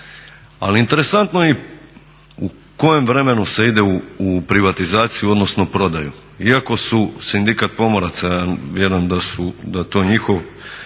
Ali interesantno u kojem vremenu se ide u privatizaciju odnosno prodaju. Iako su Sindikat pomoraca vjerujem da je to njihov